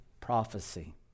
prophecy